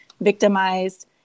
victimized